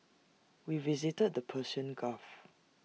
we visited the Persian gulf